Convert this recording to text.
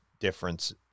difference